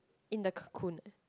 in the cocoon